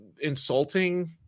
insulting